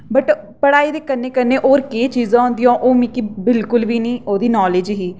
but पढ़ाई दे कन्नै कन्नै होर केह् चीजां होंदियां ओह् मिगी बिलकुल बी नेईं ओह्दी नॉलेज ही